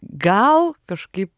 gal kažkaip